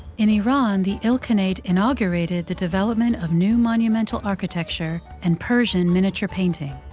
in iran, the ilkhanate inaugurated the development of new monumental architecture and persian miniature painting.